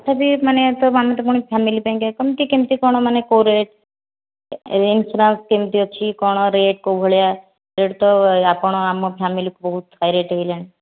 ତଥାପି ମାନେ ତ ଆମେ ତ ଫୁଣି ଫ୍ୟାମିଲି ପାଇଁ କେମିତି କେମିତି କ'ଣ ମାନେ କେଉଁ ରେଟ୍ ଇନ୍ସ୍ୟୁରାନ୍ସ କେମିତି ଅଛି କ'ଣ ରେଟ୍ କେଉଁ ଭଳିଆ ରେଟ୍ ତ ଆପଣ ଆମ ଫ୍ୟାମିଲି ବହୁତ ହାଇ ରେଟ୍